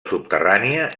subterrània